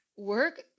work